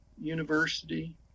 university